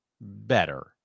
Better